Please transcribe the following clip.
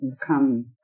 come